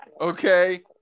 Okay